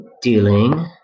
Dealing